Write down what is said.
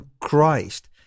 Christ